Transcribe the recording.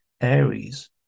Aries